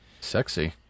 Sexy